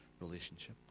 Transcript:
relationship